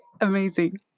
amazing